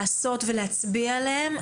לעשות ולהצביע עליהם,